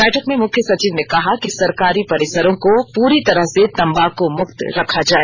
बैठक में मुख्यसचिव ने कहा कि सरकारी परिसरों को पूरी तरह से तम्बाकू मुक्त रखा जाय